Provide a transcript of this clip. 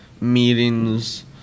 meetings